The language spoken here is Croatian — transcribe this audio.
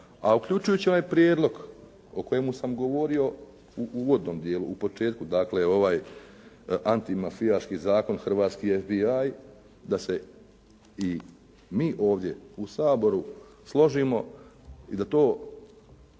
a uključujući onaj prijedlog o kojemu sam govorio u uvodnom dijelu, u početku, dakle ovaj antimafijaški zakon hrvatski FBI da se i mi ovdje u Saboru složimo i da to